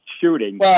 shooting